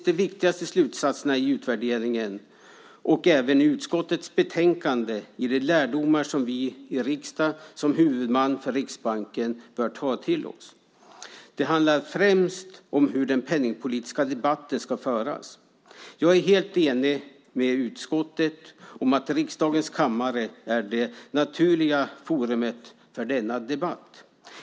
De viktigaste slutsatserna i utvärderingen och även i utskottets betänkande kanske finns i de lärdomar som vi i riksdagen som huvudman för Riksbanken bör dra. Det handlar främst om hur den penningpolitiska debatten ska föras. Jag är helt enig med utskottet om att riksdagens kammare är det naturliga forumet för denna debatt.